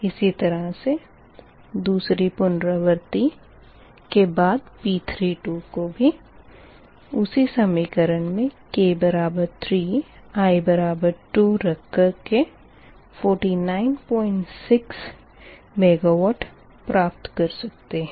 इसी तरह से दूसरी पुनरावर्ती के बाद P32 को भी उसी समीकरण मे k 3 i 2 रख कर के 496 मेगावाट प्राप्त कर सकते है